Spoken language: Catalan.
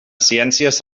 ciències